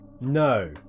no